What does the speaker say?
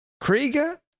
Krieger